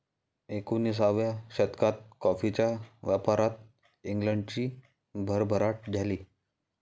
एकोणिसाव्या शतकात कॉफीच्या व्यापारात इंग्लंडची भरभराट झाली